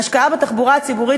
ההשקעה בתחבורה הציבורית,